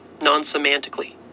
non-semantically